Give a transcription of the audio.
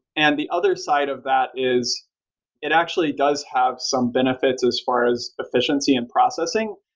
and the other side of that is it actually does have some benefits as far as efficiency and processing.